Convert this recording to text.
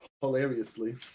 hilariously